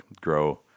grow